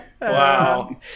Wow